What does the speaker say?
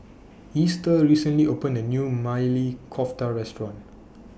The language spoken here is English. Easter recently opened A New Maili Kofta Restaurant